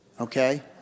Okay